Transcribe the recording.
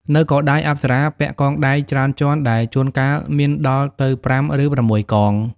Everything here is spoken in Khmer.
នៅកដៃ អប្សរាពាក់កងដៃច្រើនជាន់ ដែលជួនកាលមានដល់ទៅ ៥ ឬ ៦ កង។